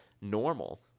normal